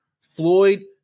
Floyd